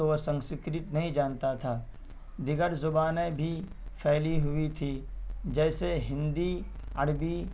تو وہ سنکسکرت نہیں جانتا تھا دیگر زبانیں بھی پھیلی ہوئی تھیں جیسے ہندی عربی